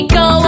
go